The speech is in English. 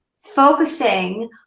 focusing